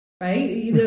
right